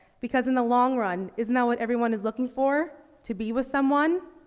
because in the long run, isn't that what everyone is looking for, to be with someone?